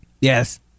yes